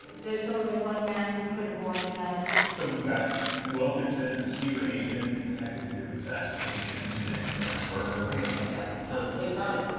there's only one man who could've organized it. so we've got wilkinson the secret agent connected to assassinations, connected to aaron burr. hang on a second, guys, it's tony. hey, tony.